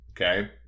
okay